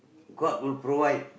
god will provide